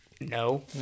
no